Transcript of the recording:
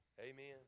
Amen